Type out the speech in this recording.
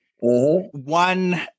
One